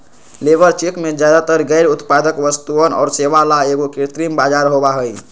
labour check में ज्यादातर गैर उत्पादक वस्तुअन और सेवा ला एगो कृत्रिम बाजार होबा हई